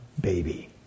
baby